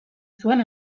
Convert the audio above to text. zuen